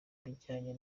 bijyanye